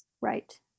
Right